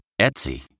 Etsy